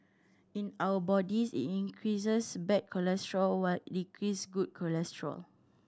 in our bodies it increases bad cholesterol while decrease good cholesterol